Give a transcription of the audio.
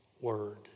word